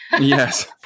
yes